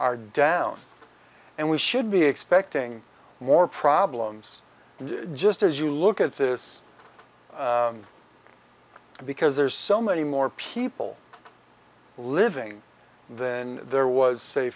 are down and we should be expecting more problems just as you look at this because there's so many more people living in there was sa